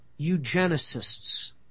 eugenicists